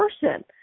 person